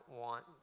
want